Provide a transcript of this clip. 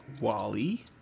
Wally